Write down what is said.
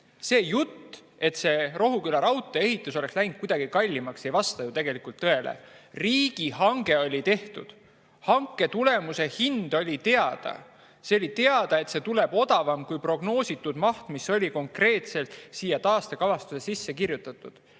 See jutt, et Rohuküla raudtee ehitus oleks läinud kuidagi kallimaks, ei vasta ju tegelikult tõele. Riigihange oli tehtud, hanke tulemuse hind oli teada. Oli teada, et see tuleb odavam kui prognoositud maht, mis oli konkreetselt siia taastekavasse sisse kirjutatud.